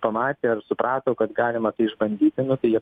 pamatė ar suprato kad galima tai išbandyti nu tai jie